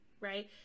right